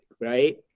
right